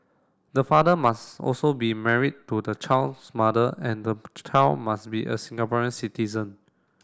the father must also be married to the child's mother and child must be a Singaporean citizen